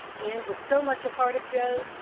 and was so much part of job,